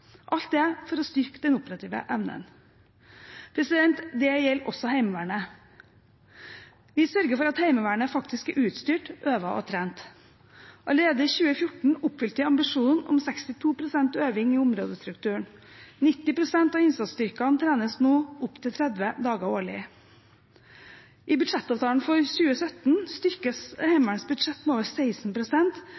alt dette for å styrke den operative evnen. Dette gjelder også Heimevernet. Vi sørger for at Heimevernet faktisk er utstyrt, øvet og trent. Allerede i 2014 oppfylte vi ambisjonen om 62 pst. øving i områdestrukturen. 90 pst. av innsatsstyrkene trenes nå opptil 30 dager årlig. I budsjettavtalen for 2017 styrkes